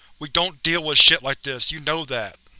we don't deal with shit like this. you know that.